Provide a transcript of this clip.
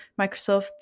Microsoft